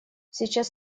сейчас